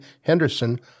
Henderson